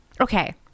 Okay